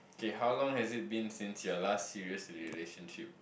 okay how long has it been since your last serious relationship